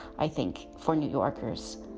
i think, for new yorkers